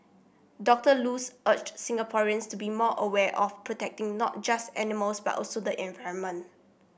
Doctor Luz urged Singaporeans to be more aware of protecting not just animals but also the environment